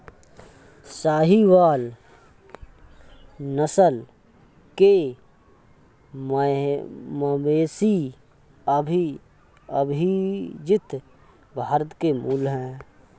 साहीवाल नस्ल के मवेशी अविभजित भारत के मूल हैं